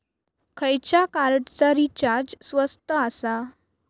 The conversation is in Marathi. खयच्या कार्डचा रिचार्ज स्वस्त आसा?